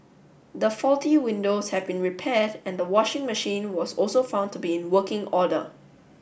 the faulty windows had been repaired and the washing machine was also found to be in working order